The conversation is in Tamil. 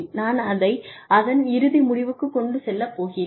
நான் அதை அதன் இறுதி முடிவுக்குக் கொண்டு செல்லப் போகிறேன்